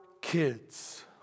kids